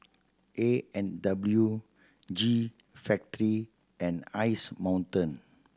A and W G Factory and Ice Mountain